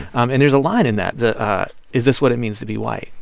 um and there's a line in that, the is this what it means to be white?